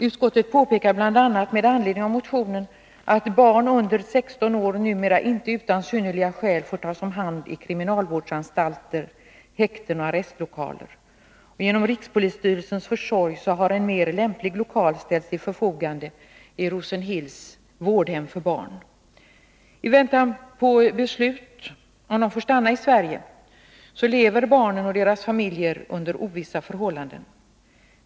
Utskottet påpekar med anledning av motionen bl.a. att barn under 16 år numera inte utan synnerliga skäl får tas om hand i kriminalvårdsanstalter, häkten och arrestlokaler. Genom rikspolisstyrelsens försorg har en mera lämplig lokal ställts till förfogande i Rosenhills vårdhem för barn. I väntan på beslut om huruvida de får stanna i Sverige lever barnen och deras familjer under ovissa förhållanden.